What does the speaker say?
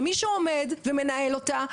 ומי שעומד בראשה ומנהל אותה,